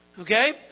okay